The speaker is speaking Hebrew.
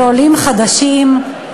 לעולים חדשים,